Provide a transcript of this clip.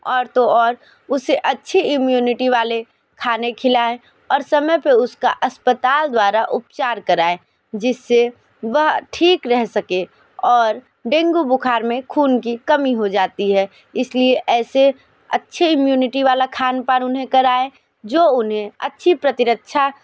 और तो और उसे अच्छे इम्यूनिटी वाले खाने खिलाएँ और समय पे उसका अस्पताल द्वारा उपचार कराएँ जिससे वह ठीक रह सके और डेंगू बुखार में खून की कमी हो जाती है इसलिए ऐसे अच्छे इम्यूनिटी वाला खानपान उन्हें कराए जो उन्हें अच्छी प्रतिरक्षा